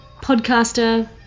podcaster